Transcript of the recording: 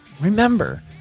remember